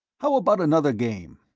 how about another game?